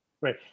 Right